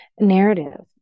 narrative